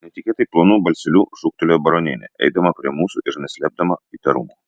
netikėtai plonu balseliu šūktelėjo baronienė eidama prie mūsų ir neslėpdama įtarumo